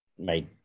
made